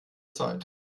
zeit